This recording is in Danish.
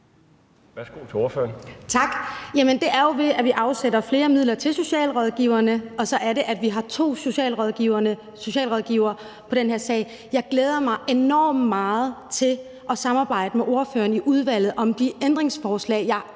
Rosa Eriksen (M): Tak. Det er jo, ved at vi afsætter flere midler til socialrådgiverne, og så ved at vi har to socialrådgivere på den her sag. Jeg glæder mig enormt meget til at samarbejde med ordføreren i udvalget om de ændringsforslag, som